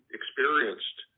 experienced